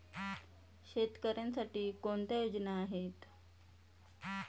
शेतकऱ्यांसाठी कोणत्या योजना आहेत?